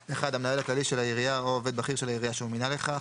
(1)המנהל הכללי של העירייה או עובד בכיר של העירייה שהוא מינה לכך,